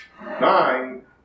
nine